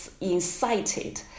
incited